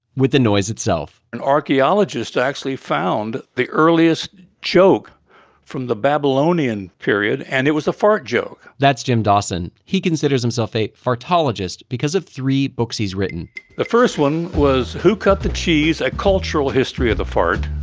with the noise itself an archeologist actually found the earliest joke from the babylonian period and it was a fart joke that's jim dawson. he considers himself a fartologist because of three books he's written the first one was who cut the cheese, a cultural history of the fart.